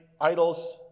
idols